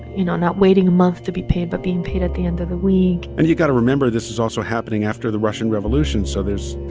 you know, not waiting a month to be paid but being paid at the end of the week and you've got to remember, this is also happening after the russian revolution, so there's,